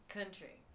country